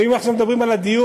ואם אנחנו מדברים על הדיור,